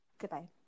goodbye